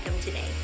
today